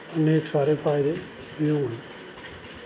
अनेक सारे फायदे बी होन्ने न बस कर